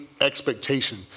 expectation